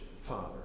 father